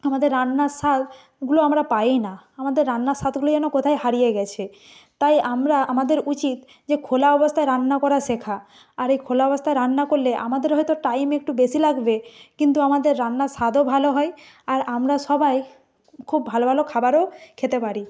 আমাদের রান্নার স্বাদগুলো আমরা পাইই না আমাদের রান্নার স্বাদগুলো যেন কোথায় হারিয়ে গেছে তাই আমরা আমাদের উচিত যে খোলা অবস্থায় রান্না করা শেখা আর এই খোলা অবস্থায় রান্না করলে আমাদের হয়তো টাইম একটু বেশি লাগবে কিন্তু আমাদের রান্নার স্বাদও ভালো হয় আর আমরা সবাই খুব ভালো ভালো খাবারও খেতে পারি